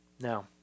Now